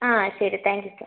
ആ ശരി thank you sir